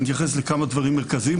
אתייחס לכמה דברים מרכזיים,